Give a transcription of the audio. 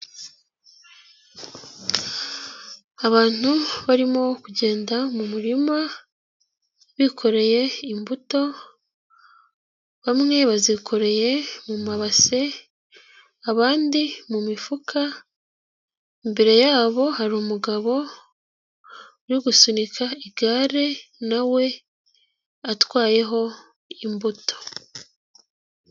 Abantu barimo kugenda mu murima, bikoreye imbuto, bamwe bazikoreye mu mabase, abandi mu mifuka, imbere yabo hari umugabo uri gusunika igare na we atwayeho imbuto.